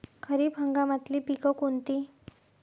खरीप हंगामातले पिकं कोनते?